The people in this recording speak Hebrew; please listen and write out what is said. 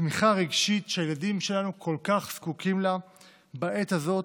תמיכה רגשית שהילדים שלנו כל כך זקוקים לה בעת הזאת,